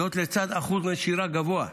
זאת לצד אחוז נשירה גבוה.